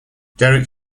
derek